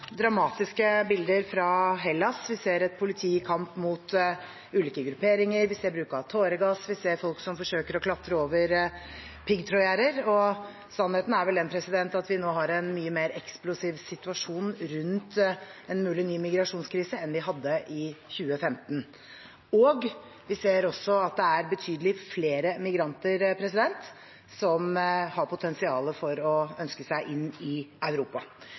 dramatiske bilder fra Hellas. Vi ser et politi i kamp mot ulike grupperinger, vi ser bruk av tåregass, vi ser folk som forsøker å klatre over piggtrådgjerder. Sannheten er vel den at vi nå har en mye mer eksplosiv situasjon rundt en mulig ny migrasjonskrise enn vi hadde i 2015, og vi ser også at det er betydelig flere migranter som har potensial for å ønske seg inn i Europa.